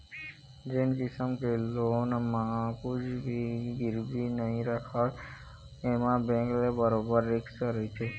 जेन किसम के लोन म कुछ भी गिरवी नइ राखय एमा बेंक ल बरोबर रिस्क रहिथे